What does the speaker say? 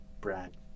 Brad